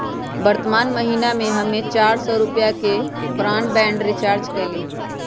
वर्तमान महीना में हम्मे चार सौ रुपया के ब्राडबैंड रीचार्ज कईली